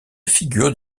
figure